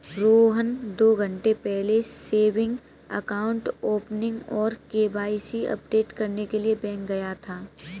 रोहन दो घन्टे पहले सेविंग अकाउंट ओपनिंग और के.वाई.सी अपडेट करने के लिए बैंक गया था